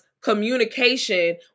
communication